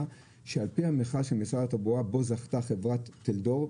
שעל פי המכרז של משרד התחבורה בו זכתה חברת טלדור,